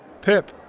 Pip